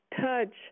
Touch